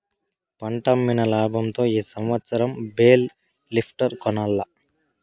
పంటమ్మిన లాబంతో ఈ సంవత్సరం బేల్ లిఫ్టర్ కొనాల్ల